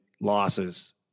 losses